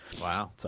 Wow